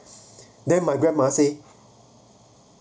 then my grandma say